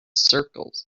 circles